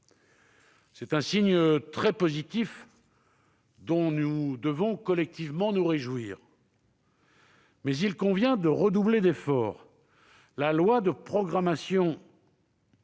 C'est un signe très positif dont nous devons collectivement nous réjouir. Cependant, il convient de redoubler d'efforts. La loi du 23 mars